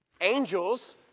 Angels